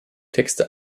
texte